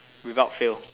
without fail